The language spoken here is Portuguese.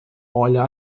olha